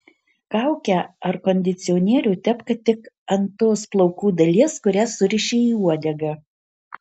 kaukę ar kondicionierių tepk tik ant tos plaukų dalies kurią suriši į uodegą